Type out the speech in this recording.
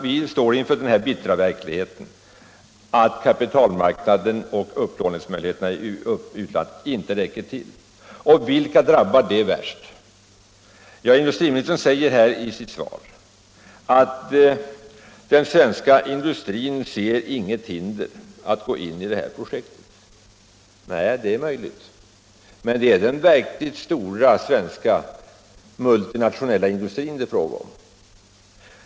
Vi står inför den bistra verkligheten att kapitalmarknaden och upplåningsmöjligheterna i utlandet inte räcker till. Och vilka drabbar det värst? Industriministern säger i svaret att den svenska industrin inte ser något hinder att gå in i detta projekt. Nej, det är möjligt, men detta gäller den verkligt stora, svenska multinationella industrin.